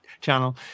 Channel